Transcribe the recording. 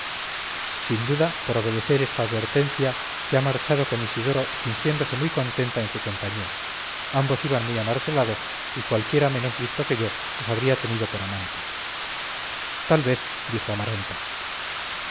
sin duda por obedecer esta advertencia se ha marchado con isidoro fingiéndose muy contenta en su compañía ambos iban muy amartelados y cualquiera menos listo que yo los habría tenido por amantes tal vez dijo amaranta